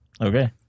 Okay